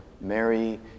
Mary